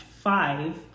five